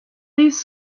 these